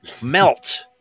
Melt